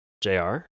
Jr